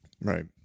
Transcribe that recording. right